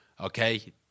okay